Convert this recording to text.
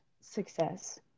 success